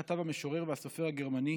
כך כתב המשורר והסופר הגרמני